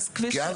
כי אז